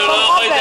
את יכולה לתת